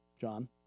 John